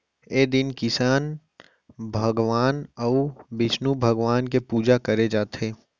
ए दिन किसन भगवान अउ बिस्नु भगवान के पूजा करे जाथे